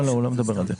והוא השיב לזה,